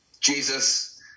Jesus